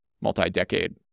multi-decade